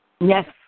Yes